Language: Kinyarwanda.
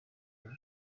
ibi